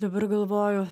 dabar galvoju